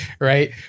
right